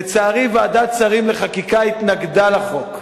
לצערי, ועדת שרים לחקיקה התנגדה לחוק.